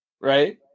Right